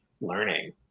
learning